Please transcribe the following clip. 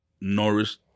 Norris